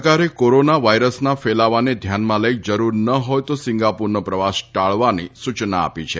સરકારે કોરોના વાઈરસના ફેલાવાને ધ્યાનમાં લઈ જરૂર ન હોય તો સિંગાપુરનો પ્રવાસ ટાળવાની સૂચના આપી છે